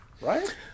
Right